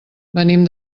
venim